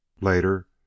Later